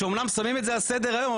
שאמנם שמים את זה על סדר היום,